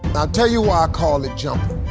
i'll tell you why i call it jumping.